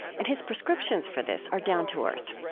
and his prescriptions for this are down to earth.